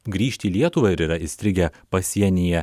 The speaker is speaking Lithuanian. grįžti į lietuvą ir yra įstrigę pasienyje